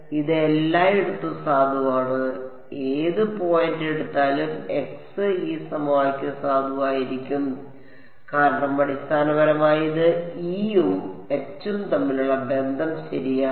ഇത് എല്ലായിടത്തും സാധുവാണ് ഏത് പോയിന്റ് എടുത്താലും x ഈ സമവാക്യം സാധുവായിരിക്കണം കാരണം അടിസ്ഥാനപരമായി ഇത് E ഉം H ഉം തമ്മിലുള്ള ബന്ധം ശരിയാണ്